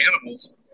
animals